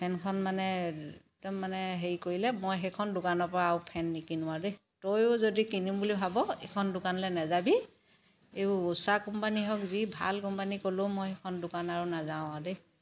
ফেনখন মানে একদম মানে হেৰি কৰিলে মই সেইখন দোকানৰ পৰা আৰু ফেন নিকিনো আৰু দেই তয়ো যদি কিনিম বুলি ভাব এইখন দোকানলৈ নাযাবি এইবোৰ ঊষা কোম্পানী হওক যি ভাল কোম্পানী ক'লেও মই সেইখন দোকান আৰু নাযাওঁ আৰু দেই